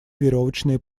веревочные